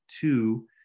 two